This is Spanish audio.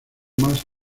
más